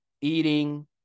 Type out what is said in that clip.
eating